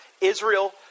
Israel